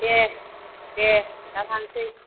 दे दे दा थांसै